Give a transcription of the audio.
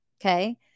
okay